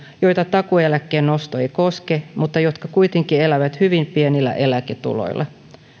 joita takuueläkkeen nosto ei koske mutta jotka kuitenkin elävät hyvin pienillä eläketuloilla